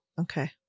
Okay